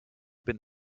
bin